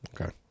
Okay